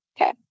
okay